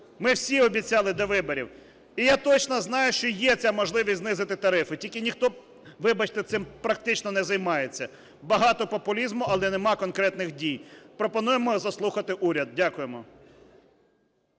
Ми всі обіцяли до виборів, і я точно знаю, що є ця можливість знизити тарифи, тільки ніхто, вибачте, цим практично не займається. Багато популізму, але немає конкретних дій. Пропонуємо заслухати уряд. Дякуємо.